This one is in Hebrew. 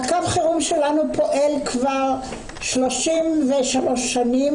הקו חירום שלנו פועל כבר 33 שנים,